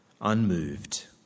unmoved